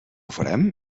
farem